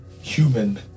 human